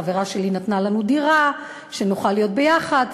חברה שלי נתנה לנו דירה שנוכל להיות ביחד,